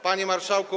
Panie Marszałku!